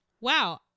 Wow